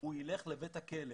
הוא ילך לבית הכלא.